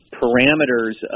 parameters